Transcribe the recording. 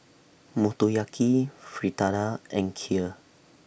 Motoyaki Fritada and Kheer